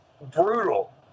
brutal